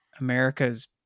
america's